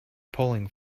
pulling